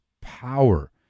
power